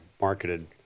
marketed